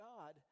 God